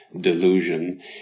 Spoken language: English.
delusion